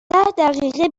دقیقه